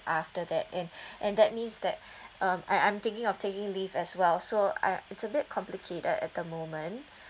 after that and and that means that um I'm I'm thinking of taking leave as well so I it's a bit complicated at the moment